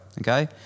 okay